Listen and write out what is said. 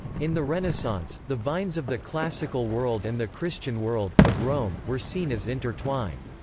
in the renaissance, the vines of the classical world and the christian world, of rome, were seen as intertwined.